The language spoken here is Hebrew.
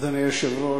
אדוני היושב-ראש,